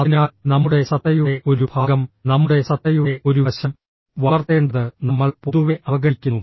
അതിനാൽ നമ്മുടെ സത്തയുടെ ഒരു ഭാഗം നമ്മുടെ സത്തയുടെ ഒരു വശം വളർത്തേണ്ടത് നമ്മൾ പൊതുവെ അവഗണിക്കുന്നു